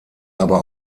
aber